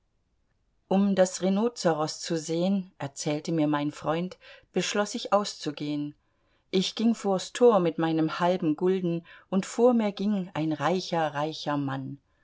um das rhinozeros zu sehn erzählte mir mein freund beschloß ich auszugehn ich ging vors tor mit meinem halben gulden und vor mir ging ein reicher reicher mann